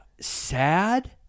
sad